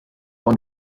und